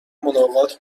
ملاقات